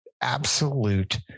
absolute